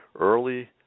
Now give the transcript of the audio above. early